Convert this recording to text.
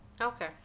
Okay